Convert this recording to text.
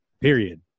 period